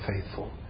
faithful